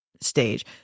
Stage